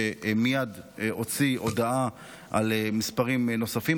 שמייד הוציא הודעה על מספרים נוספים.